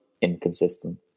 inconsistent